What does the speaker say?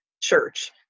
church